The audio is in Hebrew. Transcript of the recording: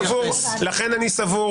לכן אני סבור